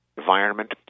environment